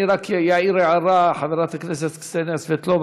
אני רק אעיר הערה, חברת הכנסת קסניה סבטלובה.